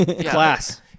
Class